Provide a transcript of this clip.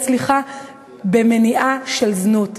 למניעת זנות.